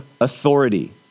authority